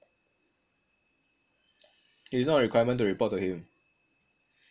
it is not a requirement to report to him